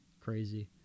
Crazy